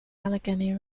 allegheny